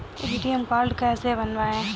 ATM card कैसे बनवाएँ?